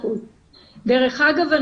דרך אגב,